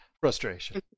frustration